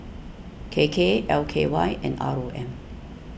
K K L K Y and R O M